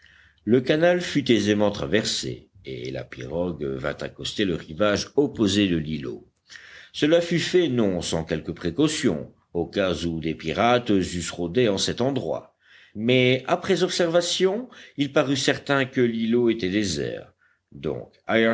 le canal fut aisément traversé et la pirogue vint accoster le rivage opposé de l'îlot cela fut fait non sans quelque précaution au cas où des pirates eussent rôdé en cet endroit mais après observation il parut certain que l'îlot était désert donc